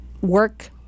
work